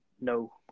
no